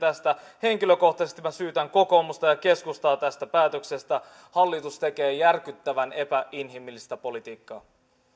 tästä henkilökohtaisesti minä syytän kokoomusta ja keskustaa tästä päätöksestä hallitus tekee järkyttävän epäinhimillistä politiikkaa